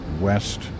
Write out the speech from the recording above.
west